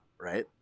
right